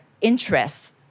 interests